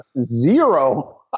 zero